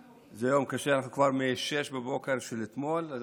זה יום קשה, אנחנו כבר מ-06:00 של אתמול, אז